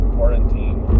Quarantine